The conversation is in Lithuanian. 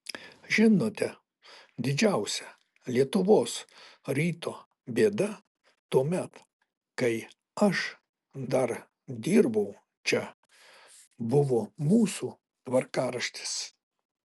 žinote didžiausia lietuvos ryto bėda tuomet kai aš dar dirbau čia buvo mūsų tvarkaraštis